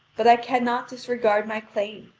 but i cannot disregard my claim,